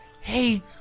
Hey